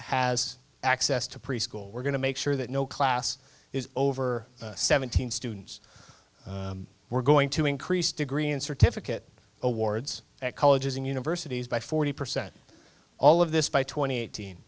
has access to preschool we're going to make sure that no class is over seven hundred students we're going to increase degree and certificate awards at colleges and universities by forty percent all of this by twenty eighteen